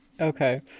okay